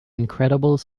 incredible